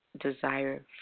desire